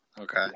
Okay